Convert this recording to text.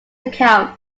account